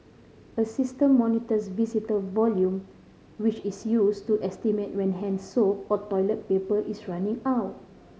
a system monitors visitor volume which is used to estimate when hand soap or toilet paper is running out